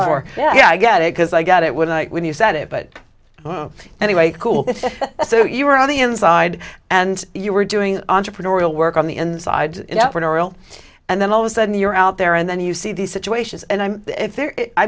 or yeah i get it because i got it would like when you said it but anyway cool so you were on the inside and you were doing entrepreneurial work on the inside and then all of a sudden you're out there and then you see these situations and i